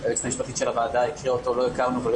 עד שהיועצת המשפטית של הוועדה הקריאה אותו לא הכרנו ולא